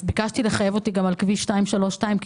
ביקשתי לחייב אותי גם על כביש 232 כי